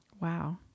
wow